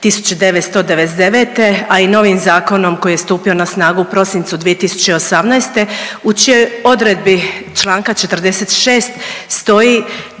1999. a i novim zakonom koji je stupio na snagu u prosincu 2018. u čijoj odredbi članka 46. stoji